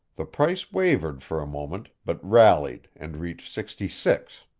the price wavered for a moment, but rallied and reached sixty-six.